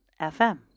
FM